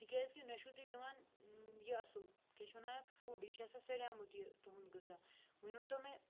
تِکیٛازِکہِ نہ چھُو تُہۍ دِوان یہِ اَصٕل کیٛاہ چھِ وَنان اَتھ فوٗڈ یہِ چھِ آسان سڑیٛامُت یہِ تُہُنٛد غذا وۄنۍ ؤنۍتو مےٚ